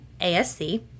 ASC